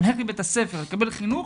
הולך לבית הספר לקבל חינוך,